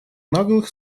наглых